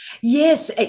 Yes